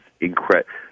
incredible